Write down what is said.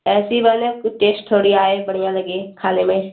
ऐसी बने की टेस्ट थोड़ी आए बढ़िया लगे खाने में